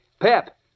Pep